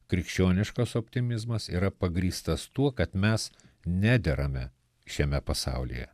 krikščioniškas optimizmas yra pagrįstas tuo kad mes nederame šiame pasaulyje